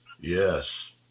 Yes